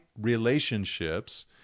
relationships